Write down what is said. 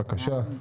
בבקשה.